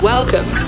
Welcome